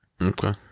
Okay